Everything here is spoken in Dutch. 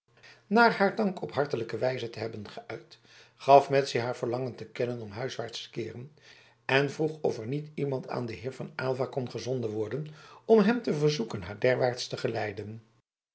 na haar dank op hartelijke wijze te hebben geuit gaf madzy haar verlangen te kennen om huiswaarts te keeren en vroeg of er niet iemand aan den heer van aylva kon gezonden worden om hem te verzoeken haar derwaarts te geleiden